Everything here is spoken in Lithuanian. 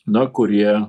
na kurie